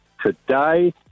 today